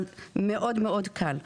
אבל זה מאוד מאוד קל.